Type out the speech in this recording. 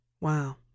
Wow